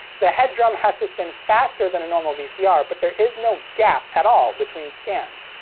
the head drum has to spin faster than a normal vcr, but there is no gap at all between scans.